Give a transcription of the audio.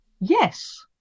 Yes